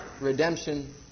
redemption